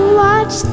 watch